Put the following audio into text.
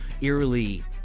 eerily